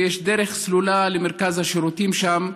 ויש דרך סלולה למרכז השירותים שם.